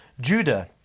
Judah